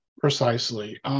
Precisely